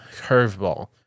curveball